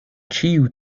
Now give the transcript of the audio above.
ĉiu